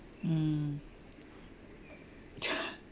mm